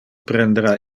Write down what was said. prendera